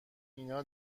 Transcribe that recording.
اینا